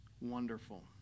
wonderful